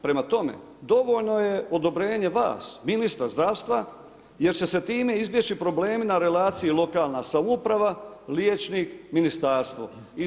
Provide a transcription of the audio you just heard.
Prema tome dovoljno je odobrenje vas, ministar zdravstva jer će se time izbjeći problemi na relaciji lokalna samouprava, liječnik, ministarstvo.